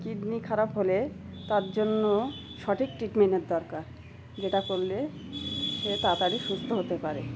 kidney খারাপ হলে তার জন্য সঠিক ট্রিটমেন্টের দরকার যেটা করলে সে তাড়াতাড়ি সুস্থ হতে পারে